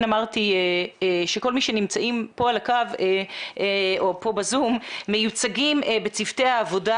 אמרתי שכל מי שנמצאים על הקו או ב-זום מיוצגים בצוותי העבודה.